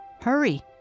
Hurry